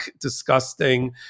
disgusting